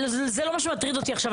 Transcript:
זה לא מה שמטריד אותי עכשיו,